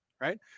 Right